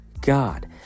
God